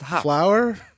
flour